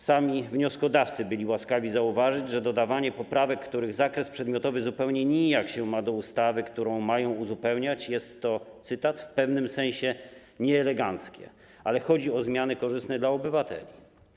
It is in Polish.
Sami wnioskodawcy byli łaskawi zauważyć, że dodawanie poprawek, których zakres przedmiotowy zupełnie nijak się ma do ustawy, którą mają uzupełniać, jest - to cytat - w pewnym sensie nieeleganckie, ale chodzi o zmiany korzystne dla obywateli.